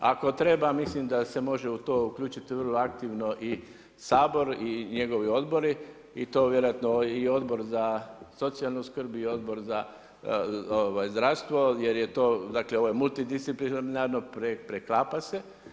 Ako treba, mislim da se može u to uključiti vrlo aktivno i Sabor i njegovi odbori i to vjerojatno i Odbor za socijalnu skrb i Odbor za zdravstvo, jer je to, dakle ovaj multidisciplinarno, preklapa se.